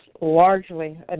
largely